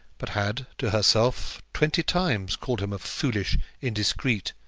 but had, to herself, twenty times called him a foolish, indiscreet,